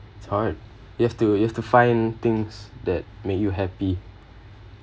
alright you have to you have to find things that make you happy